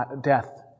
death